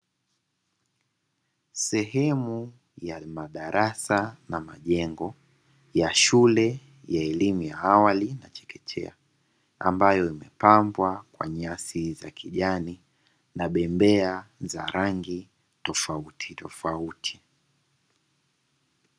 Sehemu ya madarasa na majengo ya shule ya elimu ya awali na chekechea, ambayo imepambwa kwa nyasi za kijani na bembea za rangi tofauti tofauti.